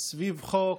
סביב חוק,